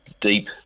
deep